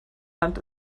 hand